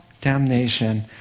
damnation